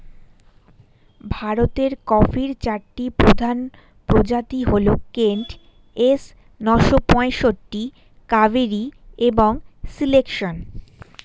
ভারতের কফির চারটি প্রধান প্রজাতি হল কেন্ট, এস নয়শো পঁয়ষট্টি, কাভেরি এবং সিলেকশন